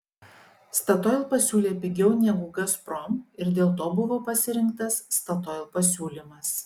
statoil pasiūlė pigiau negu gazprom ir dėl to buvo pasirinktas statoil pasiūlymas